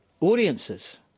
audiences